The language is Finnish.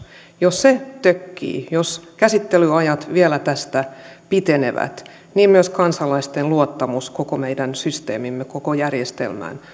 jos se tökkii jos käsittelyajat vielä tästä pitenevät niin myös kansalaisten luottamus koko meidän systeemiimme koko järjestelmään